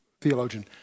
theologian